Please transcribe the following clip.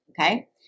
Okay